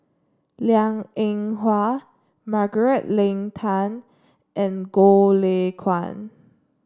Liang Eng Hwa Margaret Leng Tan and Goh Lay Kuan